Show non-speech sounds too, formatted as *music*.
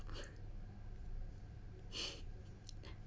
*laughs*